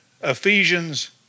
Ephesians